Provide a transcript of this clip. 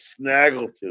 Snaggletooth